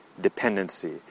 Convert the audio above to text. dependency